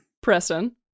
Preston